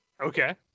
Okay